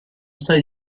stati